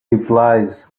replies